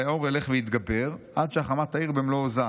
הרי האור ילך ויתגבר עד שהחמה תאיר במלוא עוזה.